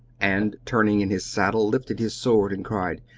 and, turning in his saddle, lifted his sword and cried,